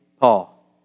Paul